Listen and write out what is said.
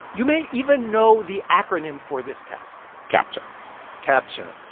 you may even know the acronym for this test captcha captcha.